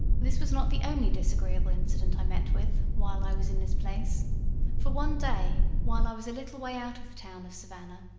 this was not the only disagreeable incident i met with while i was in this place for, one day, while i was a little way out of the town of savannah,